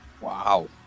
Wow